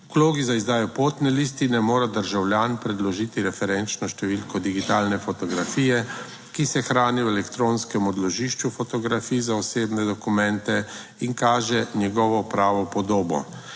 K vlogi za izdajo potne listine mora državljan predložiti referenčno številko digitalne fotografije, ki se hrani v elektronskem odložišču fotografij za osebne dokumente in kaže njegovo pravo podobo.